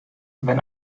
wenn